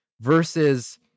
versus